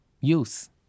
use